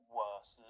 worse